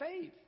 faith